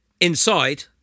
Inside